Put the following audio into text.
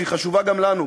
שהוא חשוב גם לנו,